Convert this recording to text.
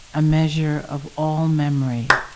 a measure of all memory,